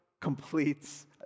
completes